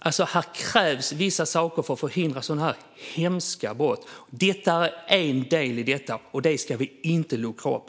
Det krävs vissa saker för att förhindra sådana här hemska brott. Det här är en del av det, och det ska vi inte luckra upp.